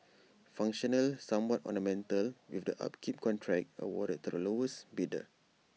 functional somewhat ornamental with the upkeep contract awarded to the lowest bidder